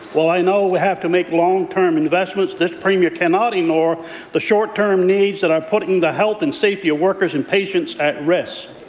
while i know we have to make long-term investments, this premier cannot ignore the short-term needs that are putting the health and safety of workers and patients at risk.